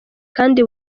kandi